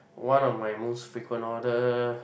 one of my most frequent order